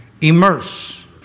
immerse